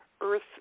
Earth